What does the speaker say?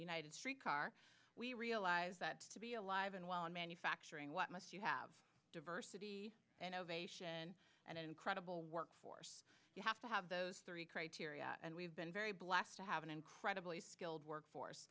nited streetcar we realize that to be alive and well in manufacturing what must you have diversity and ovation and incredible workforce you have to have those three criteria and we've been very blessed to have an incredibly skilled workforce